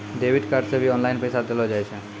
debit card से भी online पैसा देलो जाय छै